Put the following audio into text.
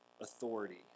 authority